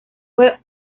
fue